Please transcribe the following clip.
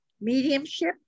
mediumship